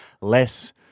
Less